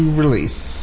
release